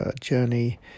journey